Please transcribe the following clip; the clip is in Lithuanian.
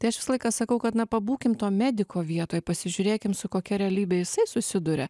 tai aš visą laiką sakau kad na pabūkim to mediko vietoj pasižiūrėkim su kokia realybe jisai susiduria